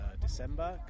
December